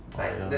oh ya